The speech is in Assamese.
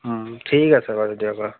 ঠিক আছে বাৰু দিয়ক বা